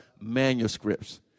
manuscripts